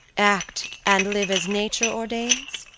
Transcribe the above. act and live as nature ordains?